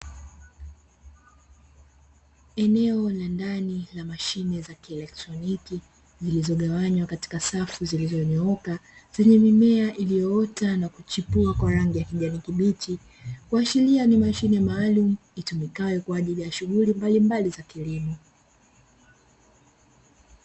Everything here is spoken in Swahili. Eneo la ndani la mashine ya kielektroniki imegawanywa katika safu zilizonyooka, zenye mimea iliyoota na kuchipua kwa rangi ya kijani kibichi, kuashiria ni mashine maalumu itumikayo kwa ajili ya shughuli mbalimbali za kilimo.